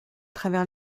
travers